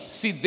se